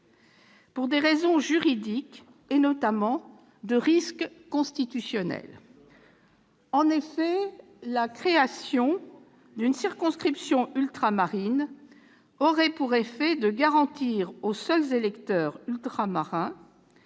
de raisons juridiques, et notamment de risques constitutionnels. Non, madame ! La création d'une circonscription ultramarine aurait pour effet de garantir aux seuls électeurs ultramarins